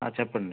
చెప్పండి